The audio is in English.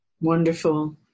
Wonderful